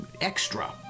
extra